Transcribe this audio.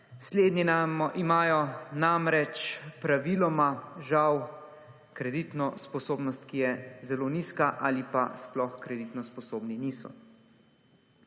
Slednji imajo namreč praviloma žal kreditno spodobnost, ki je zelo nizka ali pa sploh kreditno sposobni niso.